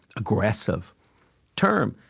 aggressive term,